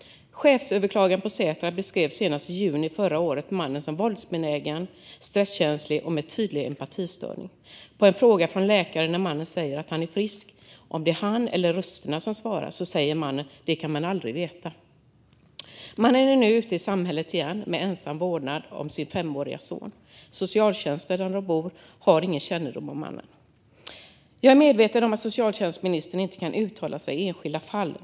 Chefsöverläkaren på Säter beskrev senast i juni förra året mannen som våldsbenägen, stresskänslig och med tydlig empatistörning. På en fråga från läkare, när mannen säger att han är frisk, om det är han eller rösterna som svarar, säger han: Det kan man aldrig veta. Mannen är nu ute i samhället igen med ensam vårdnad om sin femårige son. Socialtjänsten där de bor har ingen kännedom om mannen. Jag är medveten om att socialtjänstministern inte kan uttala sig i enskilda fall.